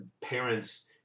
parents